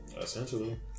Essentially